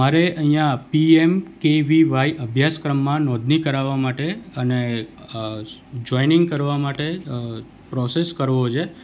મારે અહીંયા P M K V Y અભ્યાસક્રમમાં નોંધણી કરાવવા માટે અને જોઇનિંગ કરવા માટે પ્રોસેસ કરવો છે